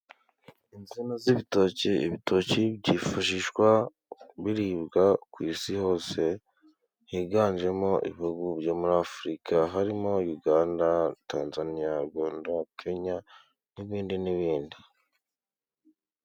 Insina z'ibitoki, ibitoki byifashishwa biribwa ku isi hose higanjemo ibihugu byo muri Afurika harimo Uganda, Tanzaniya, Rwanda, Kenya n'ibindi n'ibindi.